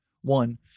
one